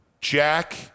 Jack